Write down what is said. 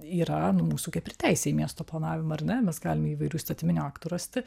yra nu mūsų kaip ir teisė į miesto planavimą ar ne mes galim įvairių įstatyminių aktų rasti